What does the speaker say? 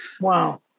Wow